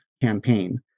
campaign